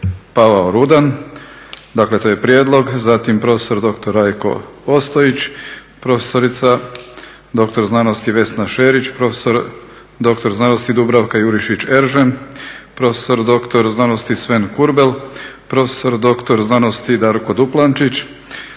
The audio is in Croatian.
Pavao Rudan, dakle to je prijedlog zatim prof.dr.sc. Rajko Ostojić, prof.dr.sc. Vesna Šerić, prof.dr.sc. Dubravka Jurišić Eržen, prof.dr.sc. Sven Kurbel, prof.dr.sc. Darko Duplančić,